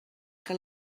que